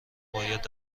باید